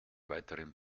weiteren